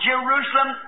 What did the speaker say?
Jerusalem